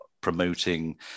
promoting